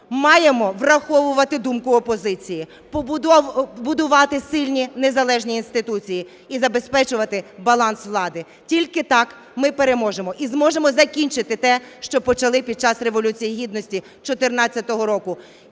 Маємо враховувати думку опозиції, будувати сильні незалежні інституції і забезпечувати баланс влади. Тільки так ми переможемо і зможемо закінчити те, що почали під час Революції Гідності 14-го року,